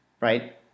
right